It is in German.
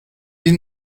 die